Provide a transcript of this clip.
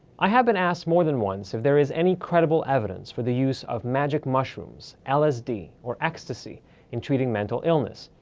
i have been asked more than once if there is any credible evidence for the use of magic mushrooms, lsd, or ecstasy in treating mental illness.